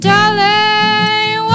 Darling